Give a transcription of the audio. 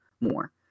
more